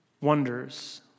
wonders